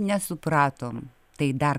nesupratom tai dar